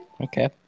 Okay